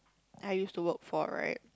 I used to work for right